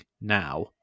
now